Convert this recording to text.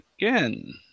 again